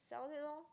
sell it lor